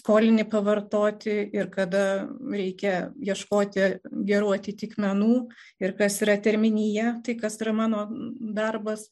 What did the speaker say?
skolinį pavartoti ir kada reikia ieškoti gerų atitikmenų ir kas yra terminija tai kas yra mano darbas